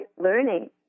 learning